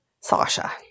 Sasha